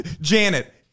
Janet